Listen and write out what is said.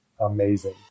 Amazing